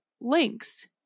links